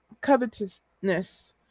covetousness